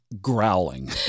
growling